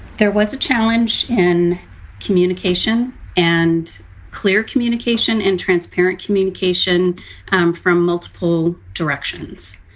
there was a challenge in communication and clear communication and transparent communication um from multiple directions.